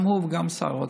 גם הוא וגם שר האוצר.